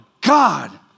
God